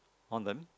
on them